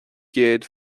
gcéad